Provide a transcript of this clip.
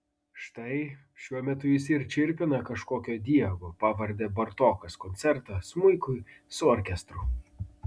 štai šiuo metu jis ir čirpina kažkokio diego pavarde bartokas koncertą smuikui su orkestru